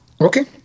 Okay